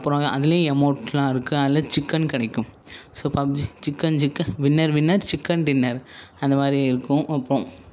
அப்புறம் அதிலயும் எமோட்லாம் இருக்கு அதில் சிக்கன் கிடைக்கும் so PUBG chicken chicken winner winner chicken dinner அந்த மாதிரி இருக்கும் அப்புறம்